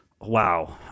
wow